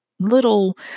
little